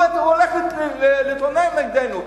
הוא הולך להתלונן נגדנו.